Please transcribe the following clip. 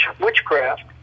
witchcraft